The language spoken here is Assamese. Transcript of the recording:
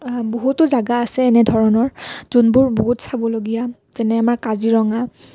বহুতো জেগা আছে এনে ধৰণৰ যোনবোৰ বহুত চাবলগীয়া যেনে আমাৰ কাজিৰঙা